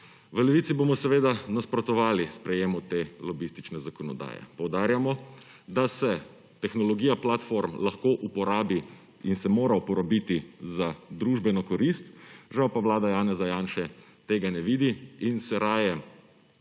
V Levici bomo seveda nasprotovali sprejetju te lobistične zakonodaje. Poudarjamo, da se tehnologija platform lahko uporabi in se mora uporabiti za družbeno korist, žal pa Vlada Janeza Janše tega ne vidi in se raje